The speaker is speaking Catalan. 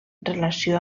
relació